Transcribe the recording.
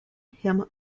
him